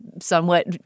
somewhat